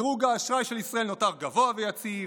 דירוג האשראי של ישראל נותר גבוה ויציב,